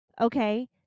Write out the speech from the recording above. okay